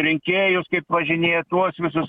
rinkėjus kaip važinėja tuos visus